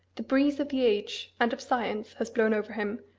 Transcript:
the breeze of the age, and of science, has blown over him,